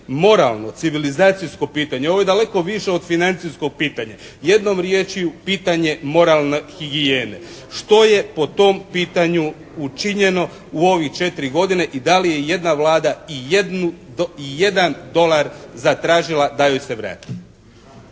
moralno, civilizacijsko pitanje. Ovo je daleko više od financijskog pitanja. Jednom riječju pitanje moralne higijene. Što je po tom pitanju učinjeno u ove četiri godine i da li je i jedna Vlada i jedan dolar zatražila da joj se vrati.